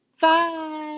Bye